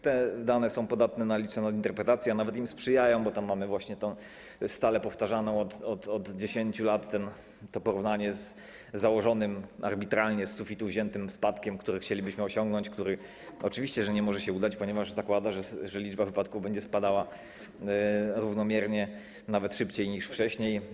Te dane są podatne na liczne nadinterpretacje, a nawet im sprzyjają, bo tam mamy właśnie to stale powtarzane od 10 lat porównanie z założonym arbitralnie, z sufitu wziętym spadkiem, który chcielibyśmy osiągnąć, co oczywiście nie może się udać, ponieważ zakłada się, że liczba wypadków będzie spadała równomiernie, nawet szybciej niż wcześniej.